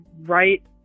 right